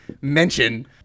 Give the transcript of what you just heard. mention